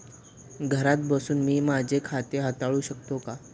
घरात बसून मी माझे खाते हाताळू शकते का?